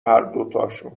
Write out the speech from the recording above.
هردوتاشون